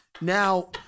Now